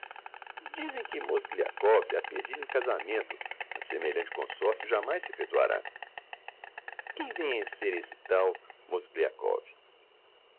dizem que mozgliakov a pedira em casamento mas semelhante consorcio jámais se effectuará quem vem a ser esse tal mozgliakov